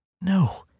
No